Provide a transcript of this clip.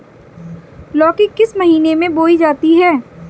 लौकी किस महीने में बोई जाती है?